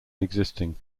existing